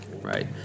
right